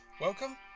Welcome